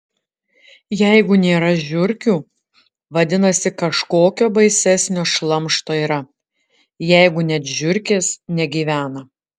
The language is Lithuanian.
jeigu nėra žiurkių vadinasi kažkokio baisesnio šlamšto yra jeigu net žiurkės negyvena